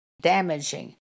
damaging